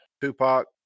Tupac